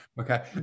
okay